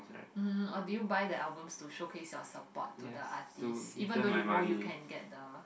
mmhmm or do you buy the albums to showcase your support to the artist even though you know you can get the